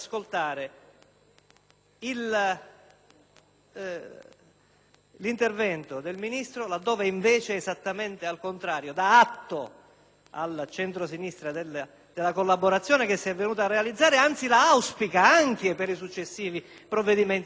l'intervento del Ministro, laddove invece, esattamente al contrario, dà atto al centrosinistra della collaborazione che si è venuta a realizzare e anzi la auspica anche per i successivi provvedimenti. Questo non mi sembra